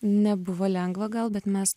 nebuvo lengva gal bet mes